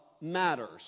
matters